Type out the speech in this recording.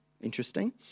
Interesting